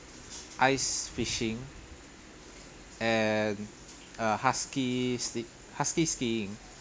ice fishing and a husky husky skiing